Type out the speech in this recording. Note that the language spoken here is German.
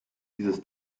dieses